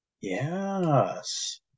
Yes